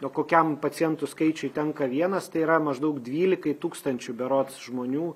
o kokiam pacientų skaičiui tenka vienas tai yra maždaug dvylikai tūkstančių berods žmonių